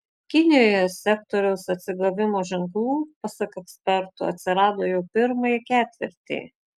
kinijoje sektoriaus atsigavimo ženklų pasak ekspertų atsirado jau pirmąjį ketvirtį